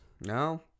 No